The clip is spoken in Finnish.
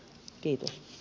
kiitos